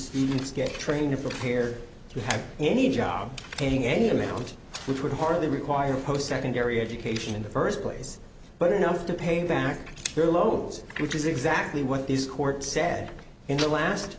season it's get training to prepare if you have any job getting any amount which would hardly require post secondary education in the first place but enough to pay back their loads which is exactly what these court said in the last